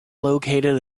located